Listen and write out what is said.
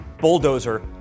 bulldozer